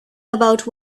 about